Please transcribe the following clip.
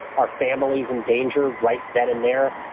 our family's in danger right then and there,